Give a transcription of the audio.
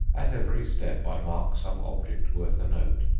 at every step i mark some object worth a note,